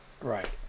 Right